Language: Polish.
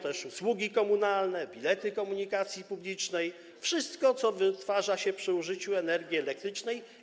też usługi komunalne, bilety komunikacji publicznej, wszystko, co wytwarza się przy użyciu energii elektrycznej.